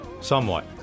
somewhat